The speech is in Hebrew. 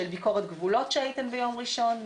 של ביקורת גבולות שהייתם ביום ראשון,